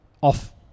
off-